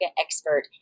expert